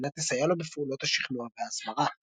על מנת לסייע לו בפעולות השכנוע וההסברה.